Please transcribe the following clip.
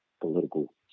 political